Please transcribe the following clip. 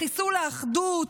לחיסול האחדות,